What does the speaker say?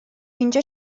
اینجا